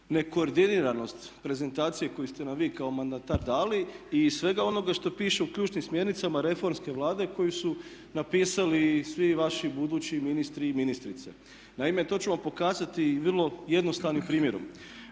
nekoordiniranost prezentacije koju ste nam vi kao mandatar dali i iz svega onoga što piše u ključnim smjernicama reformske Vlade koju su napisali svi vaši budući ministri i ministrice. Naime, to ću vam pokazati vrlo jednostavnim primjerom.